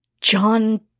John